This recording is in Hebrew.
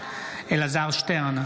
אלעזר שטרן,